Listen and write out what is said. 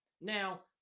Now